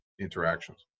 interactions